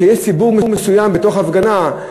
שיש ציבור מסוים בתוך הפגנה,